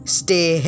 stay